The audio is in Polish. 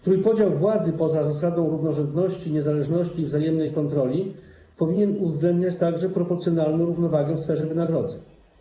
Trójpodział władzy poza zasadą równorzędności, niezależności i wzajemnej kontroli powinien uwzględniać także proporcjonalną równowagę w sferze wynagrodzeń.